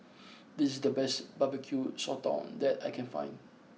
this is the best Barbecue Sotong that I can find